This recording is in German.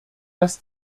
dass